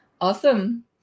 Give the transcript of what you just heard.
awesome